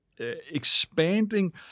expanding